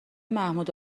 محمود